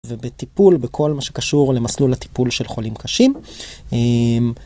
ובטיפול, בכל מה שקשור למסלול הטיפול של חולים קשים.